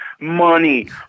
money